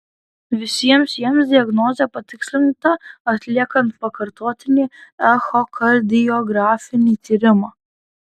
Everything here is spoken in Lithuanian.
visiems jiems diagnozė patikslinta atliekant pakartotinį echokardiografinį tyrimą